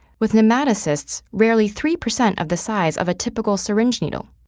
with nematocysts rarely three percent of the size of a typical syringe needle.